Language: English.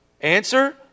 Answer